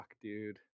dude